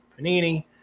Panini